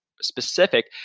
specific